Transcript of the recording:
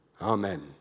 Amen